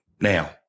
now